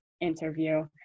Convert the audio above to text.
interview